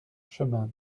chemin